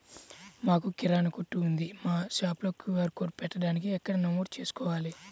మాకు కిరాణా కొట్టు ఉంది మా షాప్లో క్యూ.ఆర్ కోడ్ పెట్టడానికి ఎక్కడ నమోదు చేసుకోవాలీ?